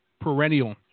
Perennial